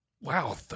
Wow